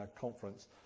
conference